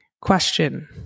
Question